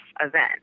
event